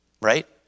right